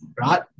right